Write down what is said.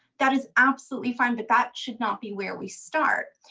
that is absolutely fine. but that should not be where we start,